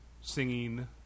singing